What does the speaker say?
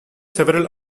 several